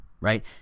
right